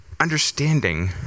Understanding